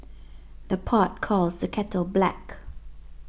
the pot calls the kettle black